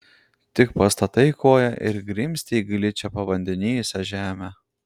tik pastatai koją ir grimzti į gličią pavandenijusią žemę